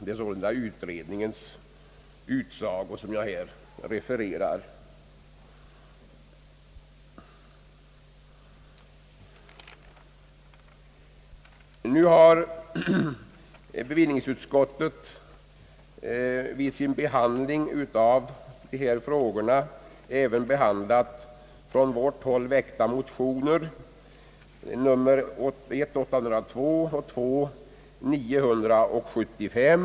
— Det är sålunda utredningens utsago som jag här refererar. Bevillningsutskottet har vid sin behandling av föreliggande frågor även tagit ställning till från vårt håll väckta motioner, I:802 och 1II:975.